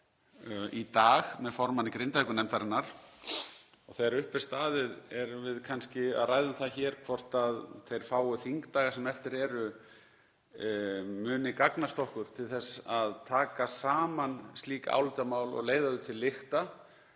í dag með formanni Grindavíkurnefndarinnar. Þegar upp er staðið erum við kannski að ræða um það hér hvort þeir fáu þingdagar sem eftir eru muni gagnast okkur til þess að taka saman slík álitamál og leiða þau til lykta